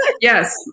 yes